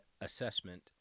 Assessment